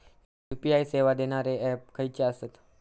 UPI सेवा देणारे app खयचे आसत?